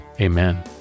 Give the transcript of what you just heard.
Amen